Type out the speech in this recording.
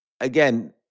again